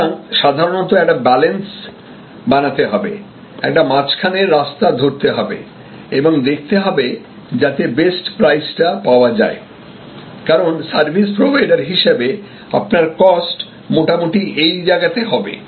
সুতরাং সাধারণত একটা ব্যালেন্স বানাতে হবে একটা মাঝখানের রাস্তা ধরতে হবে এবং দেখতে হবে যাতে বেস্ট প্রাইস টা পাওয়া যায় কারণ সার্ভিস প্রোভাইডার হিসাবে আপনার কস্ট মোটামুটি এই জায়গাতে হবে